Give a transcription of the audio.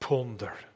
Ponder